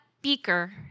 beaker